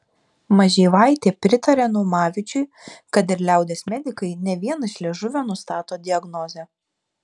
mažeivaitė pritaria naumavičiui kad ir liaudies medikai ne vien iš liežuvio nustato diagnozę